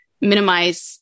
minimize